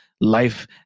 life